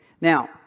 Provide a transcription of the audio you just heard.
Now